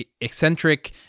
eccentric